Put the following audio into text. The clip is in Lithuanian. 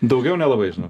daugiau nelabai žinau